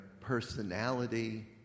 personality